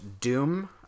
Doom